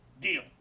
deal